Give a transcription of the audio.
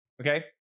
Okay